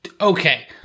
Okay